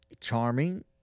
charming